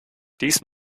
dies